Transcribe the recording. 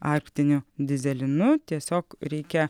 arktiniu dyzelinu tiesiog reikia